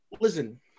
Listen